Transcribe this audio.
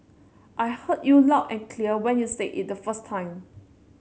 I heard you loud and clear when you said it the first time